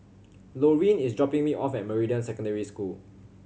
Loreen is dropping me off at Meridian Secondary School